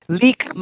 leak